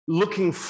looking